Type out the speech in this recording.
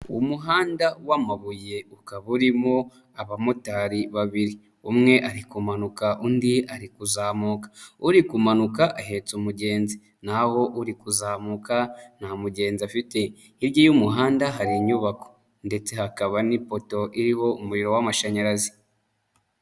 Umuhanda wamabuye ukaba urimo abamotari babiri, umwe arikumanuka undi ari kuzamuka, uri kumanuka ahetse umugenzi naho uri kuzamuka nta mugenzi afite. hirya y'umuhanda hari inyubako ndetse hakaba n'ipoto iriho umuriro w'amashanyarazi.